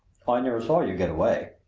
i never saw you get away.